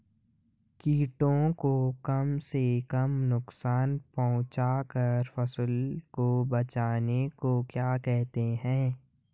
कीटों को कम से कम नुकसान पहुंचा कर फसल को बचाने को क्या कहते हैं?